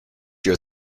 your